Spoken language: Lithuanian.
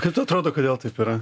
kaip tau atrodo kodėl taip yra